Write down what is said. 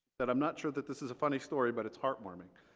that i'm not sure that this is a funny story but it's heartwarming.